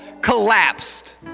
collapsed